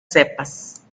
cepas